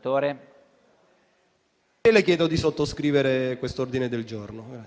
Presidente, le chiedo di sottoscrivere questo ordine del giorno,